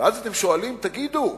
ואז אתם שואלים: תגידו,